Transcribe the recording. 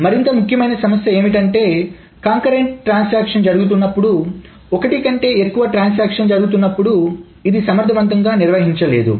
మరింత ముఖ్యమైన సమస్య ఏమిటంటే కంకరెంట్ ట్రాన్సాక్షన్ జరుగు తున్నప్పుడు ఒకటి కంటే ఎక్కువ ట్రాన్సక్షన్లు జరుగుతున్నప్పుడు ఇది సమర్థవంతంగా నిర్వహించలేదు